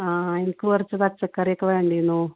ആ എനിക്ക് കുറച്ച് പച്ചക്കറിയൊക്കെ വേണ്ടീനു